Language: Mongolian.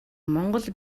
монгол